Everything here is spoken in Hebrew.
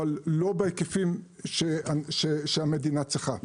אבל לא בהיקפים שהמדינה צריכה,